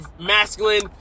masculine